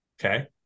Okay